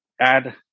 add